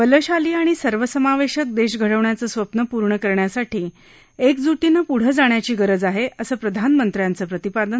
बलशाली आणि सर्वसमावेशक देश घडवण्याचं स्वप्न पूर्ण करण्यासाठी एकजुटीनं पुढं जाण्याची गरज आहे असं प्रधानमंत्र्यांचं प्रतिपादन